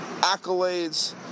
accolades